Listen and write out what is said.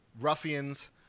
ruffians